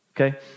okay